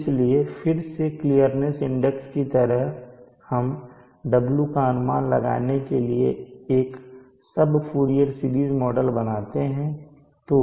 इसलिए फिर से क्लियरनेस इंडेक्स की तरह हम "w" का अनुमान लगाने के लिए एक सब फूरियर सीरिज़ मॉडल बनाते हैं